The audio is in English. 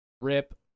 Rip